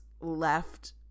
left